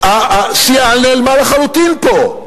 הסיעה נעלמה לחלוטין פה.